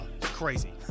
Crazy